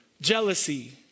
jealousy